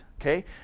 Okay